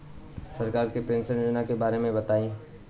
सरकार के पेंशन योजना के बारे में बताईं?